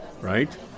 right